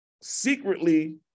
secretly